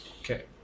Okay